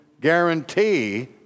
guarantee